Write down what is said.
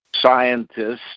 scientists